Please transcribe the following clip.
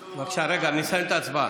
רגע, נסיים את ההצבעה.